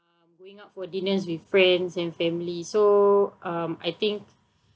uh going out for dinners with friends and family so um I think